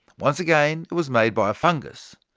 once again, it was made by a fungus.